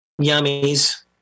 yummies